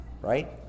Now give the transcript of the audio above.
right